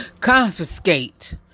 Confiscate